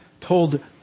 told